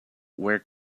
where